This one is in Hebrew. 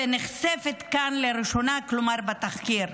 "ונחשפת כאן לראשונה" כלומר, בתחקיר,